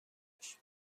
باشه